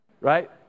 right